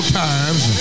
times